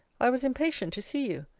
i was impatient to see you.